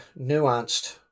nuanced